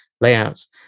layouts